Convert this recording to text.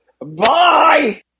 Bye